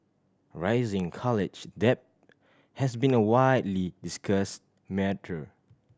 rising college debt has been a widely discussed matter